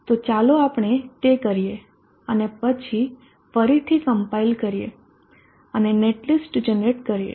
તો ચાલો આપણે તે કરીએ અને પછી ફરીથી કમ્પાઈલ કરીએ અને નેટલિસ્ટ જનરેટ કરીએ